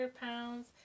pounds